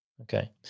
Okay